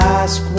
ask